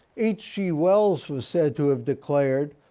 hg wells was said to have declared,